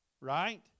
right